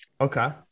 Okay